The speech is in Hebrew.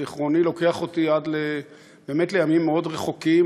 זיכרוני לוקח אותי באמת עד לימים מאוד רחוקים,